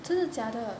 真的假的